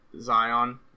Zion